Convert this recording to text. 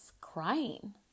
crying